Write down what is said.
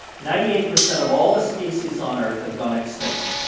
ninety-eight percent of all the species on earth have gone extinct.